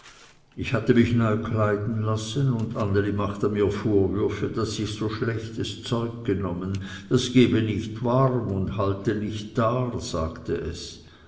ich hatte mich neu kleiden lassen und anneli machte mir vorwürfe daß ich so schlechtes zeug genommen das gebe nicht warm und halte nicht dar sagte es